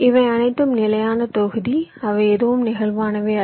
இவை அனைத்தும் நிலையான தொகுதி அவை எதுவும் நெகிழ்வானவை அல்ல